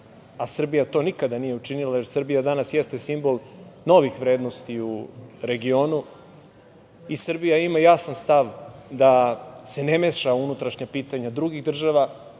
a Srbija to nikada nije učinila, jer Srbija danas jeste simbol novih vrednosti u regionu, i Srbija ima jasan stav da se ne meša u unutrašnja pitanja drugih država,